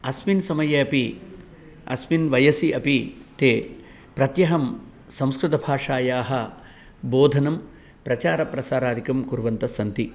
अस्मिन् समये अपि अस्मिन् वयसि अपि ते प्रत्यहं संस्कृतभाषायाः बोधनं प्रचारप्रसारादिकं कुर्वन्तस्सन्ति